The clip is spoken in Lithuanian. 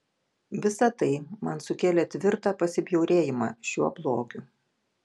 visa tai man sukėlė tvirtą pasibjaurėjimą šiuo blogiu